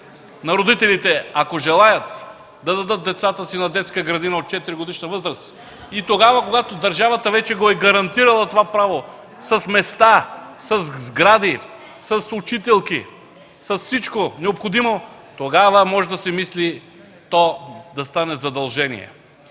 на родителите, ако желаят да дадат децата си на детска градина от 4-годишна възраст и, тогава когато държавата вече е гарантирала това право с места, със сгради, с учителки, с всичко необходимо, тогава може да се мисли то да стане задължение,